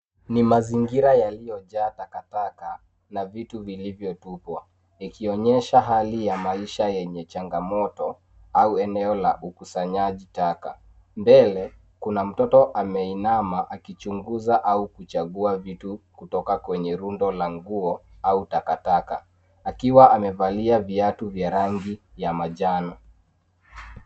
Ni mazingira yaliojaa takataka na vitu vilivyotupwa, ikionyesha hali ya maisha yenye changamoto au eneo la ukusanyaji taka. Mbele kuna mtoto ameinama akichunguza au kuchangua vitu kutoka kwenye rundo la nguo au takataka akiwa amevalia viatu vya rangi ya majano.